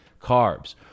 carbs